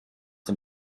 dem